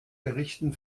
berichten